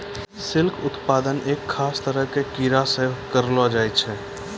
silk उत्पादन एक खास तरह के कीड़ा सॅ करलो जाय छै